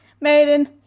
maiden